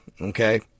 okay